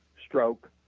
stroke